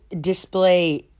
display